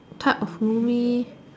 type of movie